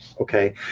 Okay